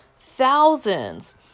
thousands